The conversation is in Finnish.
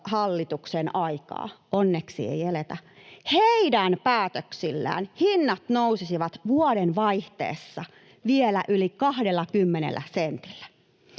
aikaa — onneksi ei eletä — heidän päätöksillään hinnat nousisivat vuodenvaihteessa vielä yli 20 sentillä.